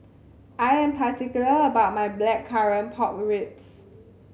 I am particular about my Blackcurrant Pork Ribs